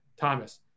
Thomas